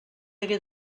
hagué